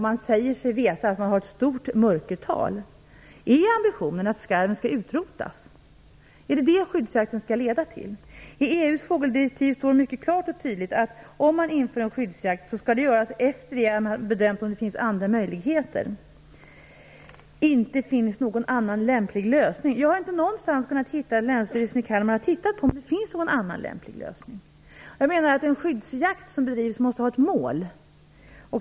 Man säger sig veta att det finns ett stort mörkertal. Är ambitionen att skarven skall utrotas? Skall skyddsjakten leda till det? I EU:s fågeldirektiv står mycket klart och tydligt att om man inför skyddsjakt skall det göras efter det att man har bedömt om det finns andra möjligheter eller någon annan lämplig lösning. Jag har inte någonstans kunnat hitta om Länsstyrelsen i Kalmar har tittat på om det finns någon annan lämplig lösning. Den skyddsjakt som bedrivs måste ha ett mål.